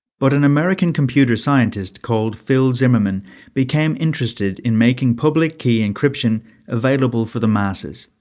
but an american computer scientist called phil zimmermann became interested in making public key encryption available for the masses.